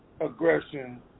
aggression